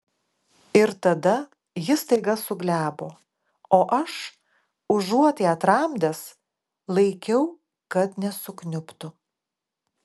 ir tada ji staiga suglebo o aš užuot ją tramdęs laikiau kad nesukniubtų